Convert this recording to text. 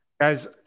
Guys